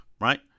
right